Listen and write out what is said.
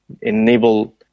enable